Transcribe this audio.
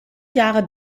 jahre